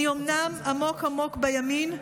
אני אומנם עמוק עמוק בימין,